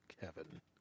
Kevin